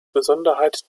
besonderheit